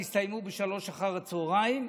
ב-15:00,